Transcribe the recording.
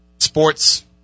Sports